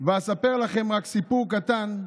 ואספר לכם רק סיפור קטן,